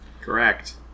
Correct